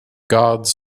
gods